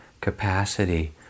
capacity